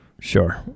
Sure